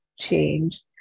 change